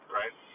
right